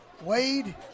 Wade